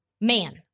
Man